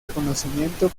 reconocimiento